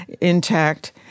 intact